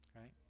right